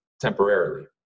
temporarily